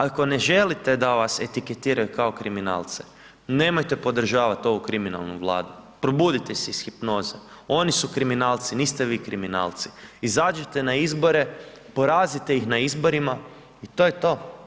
Ako ne želite da vas etiketiraju kao kriminalce nemojte podržavat ovu kriminalnu Vladu, probudite se iz hipnoze, oni su kriminalci, niste vi kriminalci, izađite na izbore, porazite ih na izborima i to je to.